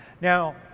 Now